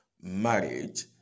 Marriage